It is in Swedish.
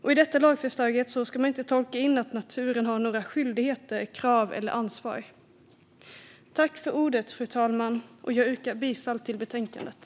I detta lagförslag ska man inte tolka in att naturen har några skyldigheter, krav eller ansvar. Jag yrkar bifall till utskottets förslag i betänkandet.